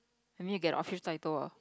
I mean you get official title ah